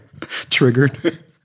Triggered